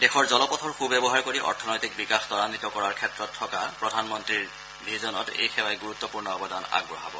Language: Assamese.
দেশৰ জলপথৰ সুব্যৱহাৰ কৰি অৰ্থনৈতিক বিকাশ ত্বায়িত কৰাৰ ক্ষেত্ৰত থকা প্ৰধানমন্ত্ৰীৰ ভিজনত এই সেৱাই গুৰুত্পূৰ্ণ অৱদান আগবঢ়াব